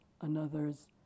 another's